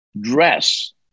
dress